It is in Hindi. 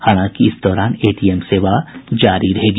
हालांकि इस दौरान एटीएम सेवा जारी रहेगी